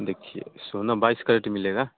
देखिए सोना बाइस करेट मिलेगा